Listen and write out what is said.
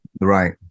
Right